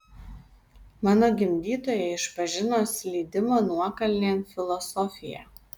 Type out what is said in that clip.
mano gimdytojai išpažino slydimo nuokalnėn filosofiją